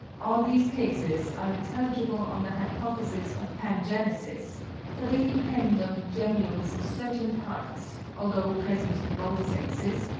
all these cases are intelligible on the hypothesis of pangenesis for they depend on the gemmules of certain parts, although present in both sexes,